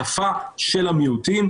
שפה של המיעוטים,